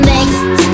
Next